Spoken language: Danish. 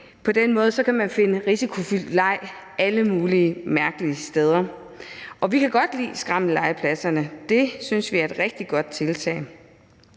På den måde kan man finde risikofyldt leg alle mulige mærkelige steder. Vi kan godt lide skrammellegepladserne – det synes vi er et rigtig godt tiltag